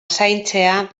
zaintzea